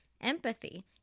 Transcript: empathy